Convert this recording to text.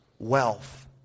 wealth